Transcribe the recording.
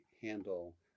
handle